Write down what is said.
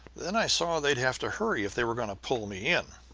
then i saw they'd have to hurry if they were going to pull me in.